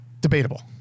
Debatable